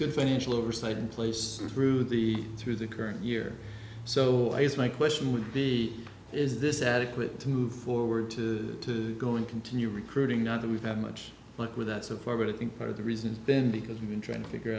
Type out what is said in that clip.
good financial oversight in place through the through the current year so i guess my question would be is this adequate to move forward to go and continue recruiting not that we've had much luck with that so far but i think part of the reason then because we've been trying to figure